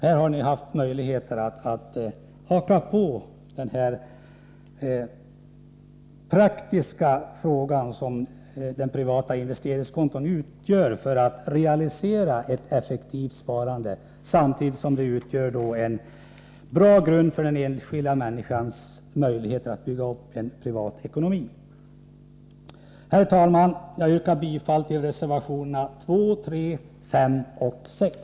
Här har de haft möjlighet att haka på den praktiska väg som de privata investeringskontona utgör för att realisera ett effektivt sparande, som samtidigt utgör en bra grund för den enskilda människans möjligheter att bygga upp en privat ekonomi. Herr talman! Jag yrkar bifall till reservationerna 2, 3, 5 och 6.